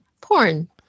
porn